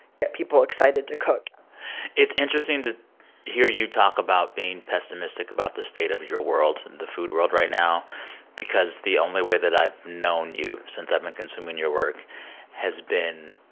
get people excited to cook it's interesting to hear you talk about being pessimistic about the state of your world and the food world right now because the only way that i've known you since i've been consuming your work has been.